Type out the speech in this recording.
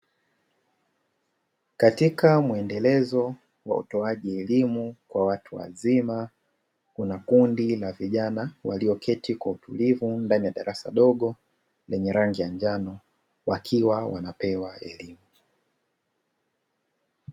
Katika muendelezo wa utoaji elimu kwa watu wazima, kuna kundi la vijana walioketi kwa utulivu ndani ya darasa dogo la rangi ya njano, wakiwa wanapewa elimu.